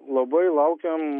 labai laukiam